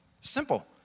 Simple